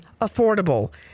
affordable